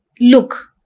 look